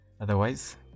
Otherwise